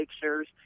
pictures